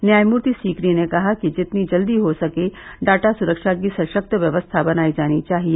न्यायमूर्ति सीकरी ने कहा कि जितनी जल्दी हो सके डाटा सुरक्षा की सशक्त व्यवस्था बनाई जानी चाहिए